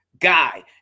guy